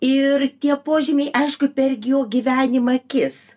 ir tie požymiai aišku per gi jo gyvenimą kis